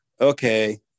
Okay